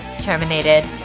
Terminated